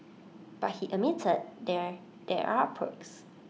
but he admitted there there are perks